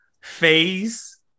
phase